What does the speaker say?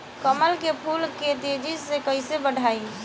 कमल के फूल के तेजी से कइसे बढ़ाई?